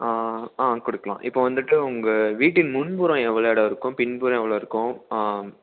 ஆ கொடுக்கலாம் இப்போது வந்துட்டு உங்கள் வீட்டின் முன்புறம் எவ்வளோ இடம் இருக்கும் பின்புறம் எவ்வளோ இருக்கும்